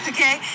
Okay